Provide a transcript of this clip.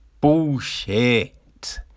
bullshit